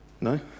no